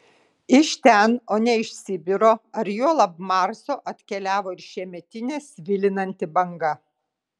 iš ten o ne iš sibiro ar juolab marso atkeliavo ir šiemetinė svilinanti banga